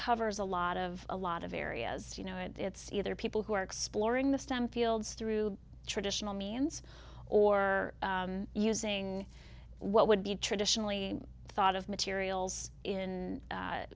covers a lot of a lot of areas you know it's either people who are exploring the stem fields through traditional means or using what would be traditionally thought of materials in